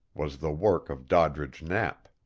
was the work of doddridge knapp.